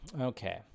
Okay